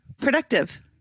productive